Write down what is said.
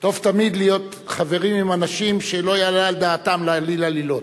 טוב תמיד להיות חברים עם אנשים שלא יעלה על דעתם להעליל עלילות.